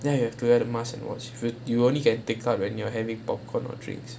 ya you have to wear the mask and watch you you only can take out when you're having popcorn or drinks